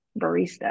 barista